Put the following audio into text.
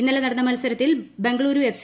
ഇന്നലെ നടന്ന മത്സരത്തിൽ ബംഗളൂരു എഫ്